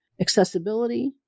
accessibility